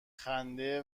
خنده